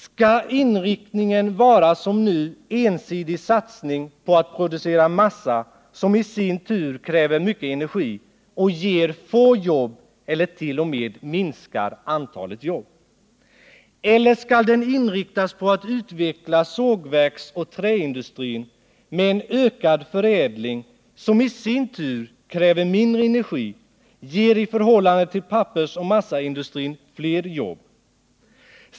Skall det som nu vara en ensidig satsning på att producera massa, som i sin tur kräver mycket energi och ger få jobb eller t.o.m. minskar antalet jobb? Eller skall satsningen inriktas på att utveckla sågverksoch träindustrin med en ökad förädling, som i sin tur kräver mindre energi och i förhållande till pappersoch massaindustrin ger flera jobb?